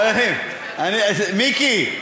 מיקי,